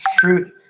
fruit